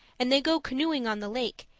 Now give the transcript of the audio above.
and they go canoeing on the lake,